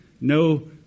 no